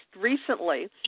recently